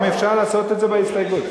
אם אפשר לעשות את זה בהסתייגות.